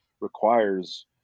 requires